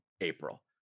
April